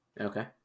Okay